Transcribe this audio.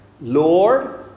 Lord